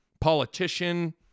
politician